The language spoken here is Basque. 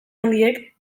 handiek